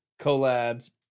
collabs